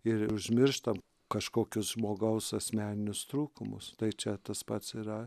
ir užmirštam kažkokius žmogaus asmeninius trūkumus tai čia tas pats yra